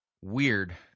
Weird